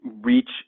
reach